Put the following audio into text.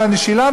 אבל אני שילמתי,